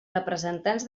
representants